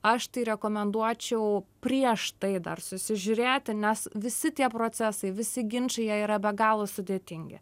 aš tai rekomenduočiau prieš tai dar susižiūrėti nes visi tie procesai visi ginčai jie yra be galo sudėtingi